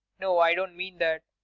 no, i don't mean that.